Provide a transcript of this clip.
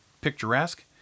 picturesque